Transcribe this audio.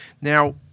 Now